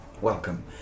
Welcome